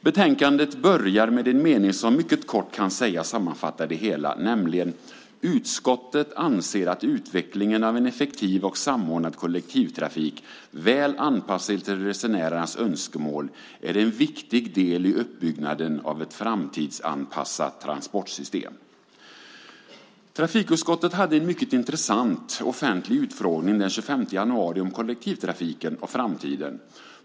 Betänkandet börjar med en mening som mycket kort kan sägas sammanfatta det hela, nämligen: "Utskottet anser att utvecklingen av en effektiv och samordnad kollektivtrafik väl anpassad till resenärernas önskemål är en viktig del i uppbyggnaden av ett framtidsanpassat transportsystem." Trafikutskottet hade en mycket intressant offentlig utfrågning den 25 januari om kollektivtrafiken och framtiden.